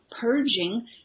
purging